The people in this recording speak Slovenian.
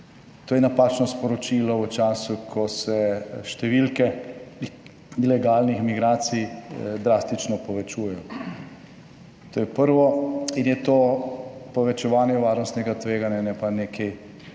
To je napačno sporočilo v času, ko se številke ilegalnih migracij drastično povečujejo, to je prvo, in je to povečevanje varnostnega tveganja, ne